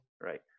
right